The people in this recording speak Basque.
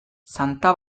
santa